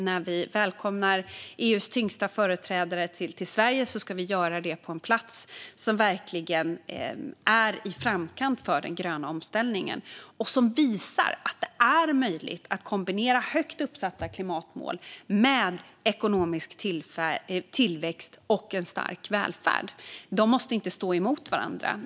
När vi välkomnar EU:s tyngsta företrädare till Sverige ska vi göra det på en plats som verkligen är i framkant för den gröna omställningen. Det visar att det är möjligt att kombinera högt uppsatta klimatmål med ekonomisk tillväxt och en stark välfärd. De måste inte stå emot varandra.